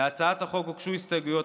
להצעת החוק הוגשו הסתייגויות.